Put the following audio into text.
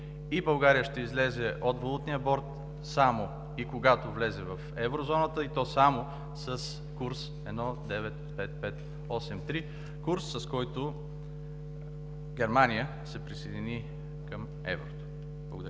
България ще излезе от валутния борд, само когато влезе в Еврозоната, и то само с курс 1,95583 – курс, с който Германия се присъедини към еврото. Благодаря.